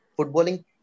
footballing